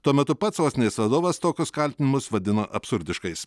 tuo metu pats sostinės vadovas tokius kaltinimus vadina absurdiškais